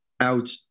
Out